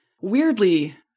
weirdly